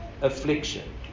affliction